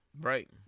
Right